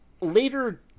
later